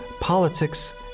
politics